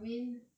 I mean